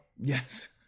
Yes